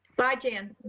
bye jen.